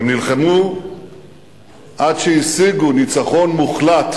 הם נלחמו עד שהשיגו ניצחון מוחלט